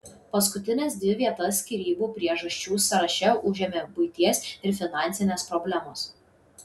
paskutines dvi vietas skyrybų priežasčių sąraše užėmė buities ir finansinės problemos